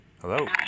Hello